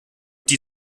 die